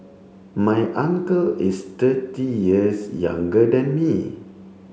my uncle is thirty years younger than me